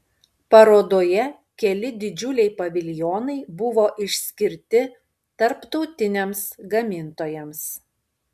parodoje keli didžiuliai paviljonai buvo išskirti tarptautiniams gamintojams